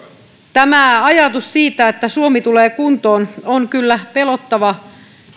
tämä ajatus siitä että suomi tulee kuntoon on kyllä pelottava